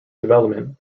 development